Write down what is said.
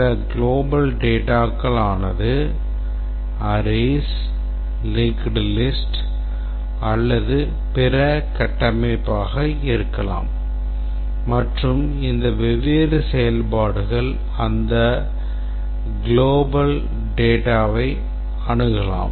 சில global dataகள் ஆனது arrays linked lists அல்லது பிற கட்டமைப்பாக இருக்கலாம் மற்றும் இந்த வெவ்வேறு செயல்பாடுகள் அந்த global dataவை அணுகலாம்